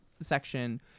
section